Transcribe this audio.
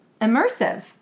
immersive